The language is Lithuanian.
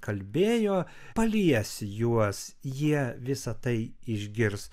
kalbėjo palies juos jie visa tai išgirs